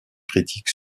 critique